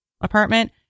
apartment